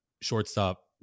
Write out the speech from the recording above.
shortstop